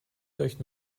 durch